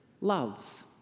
loves